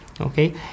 okay